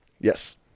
Yes